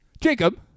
Jacob-